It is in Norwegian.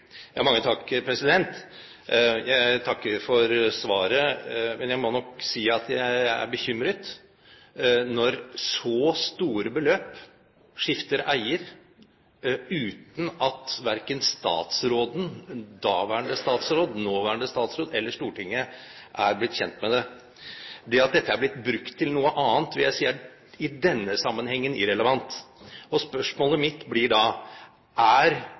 Jeg takker for svaret, men jeg må nok si at jeg er bekymret når så store beløp skifter eier uten at verken statsråden – daværende statsråd og nåværende statsråd – eller Stortinget er blitt kjent med det. Det at dette er blitt brukt til noe annet, vil jeg si er irrelevant i denne sammenhengen. Spørsmålet mitt blir da: